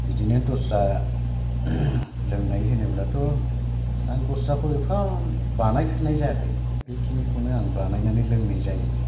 बिदिनो दस्रा लोंनाय होनोबाथ' आं दस्राखौ एफा बानायफेरनाय जायाखै बेखिनिखौनो आं बानायनानै लोंनाय जायो